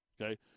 okay